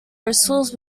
bristles